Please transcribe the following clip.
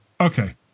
Okay